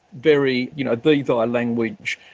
very, you know, be thy language,